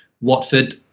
Watford